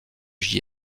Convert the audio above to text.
j’y